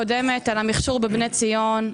על המכשור בבני ציון.